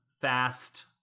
fast